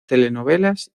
telenovelas